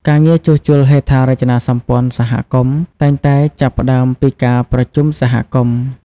ការងារជួសជុលហេដ្ឋារចនាសម្ព័ន្ធសហគមន៍តែងតែចាប់ផ្ដើមពីការប្រជុំសហគមន៍។